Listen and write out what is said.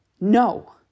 No